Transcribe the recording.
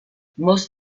most